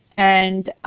and